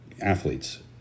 athletes